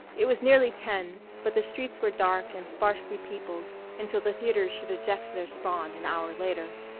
it was nearly ten but the streets were dark and sparsely peopled until the theatres should eject their spawn an hour later.